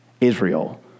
Israel